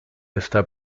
está